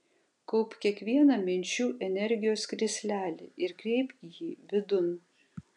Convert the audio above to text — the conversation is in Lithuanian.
kaupk kiekvieną minčių energijos krislelį ir kreipk jį vidun